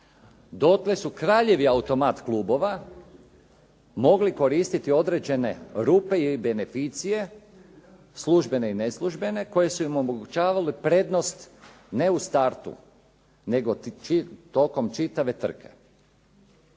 Dotle su kraljevi automat klubova mogli koristiti određene rupe ili beneficije, službene i neslužbene koje su im omogućavale prednost ne u startu, nego tokom čitave trke.